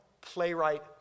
playwright